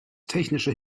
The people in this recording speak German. technische